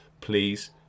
please